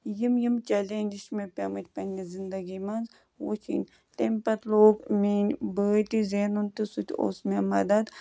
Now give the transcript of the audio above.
یِم یِم چَلینجٕز چھِ مےٚ پیمٕتۍ پنٛنہِ زندگی منٛز وٕچھِنۍ تمہِ پَتہٕ لوٚگ میٛٲنۍ بٲے تہِ زینُن تہٕ سُہ تہِ اوس مےٚ مَدد